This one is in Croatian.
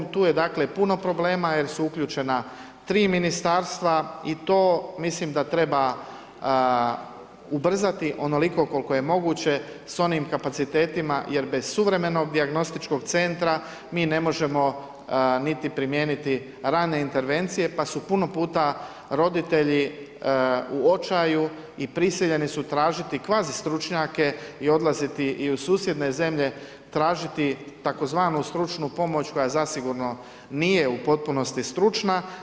Tu je dakle puno problema jer su uključena tri ministarstva i to mislim da treba ubrzati onoliko koliko je moguće s onim kapacitetima jer bez suvremenog dijagnostičkog centra mi ne možemo niti primijeniti rane intervencije pa su puno puta roditelji u očaju i prisiljeni su tražiti kvazi stručnjake i odlaziti i u susjedne zemlje tražiti tzv. stručnu pomoć koja zasigurno nije u potpunosti stručna.